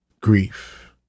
grief